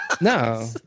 No